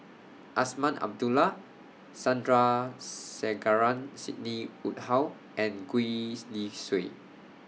Azman Abdullah Sandrasegaran Sidney Woodhull and Gwee's Li Sui